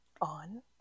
on